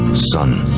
son,